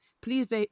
please